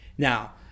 Now